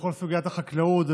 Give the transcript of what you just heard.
לכל סוגיית החקלאות.